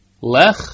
Lech